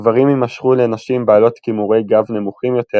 גברים יימשכו לנשים בעלות קימורי-גב נמוכים יותר